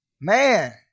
Man